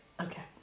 okay